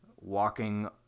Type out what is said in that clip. walking